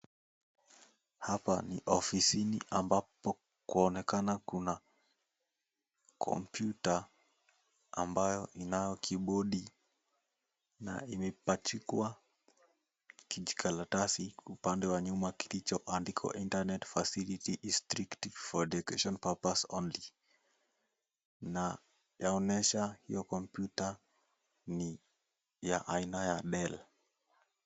Hapa ni ofisini ambapo kuonekana kuna kompyuta ambayo inayo kibodi na imepachikwa kijikaratasi upande wa nyuma kilichoandikwa, internet facility is strictly for educational purpose only . Na yaonyesha hiyo kompyuta ni ya aina ya Dell.